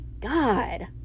God